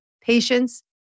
patience